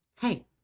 hey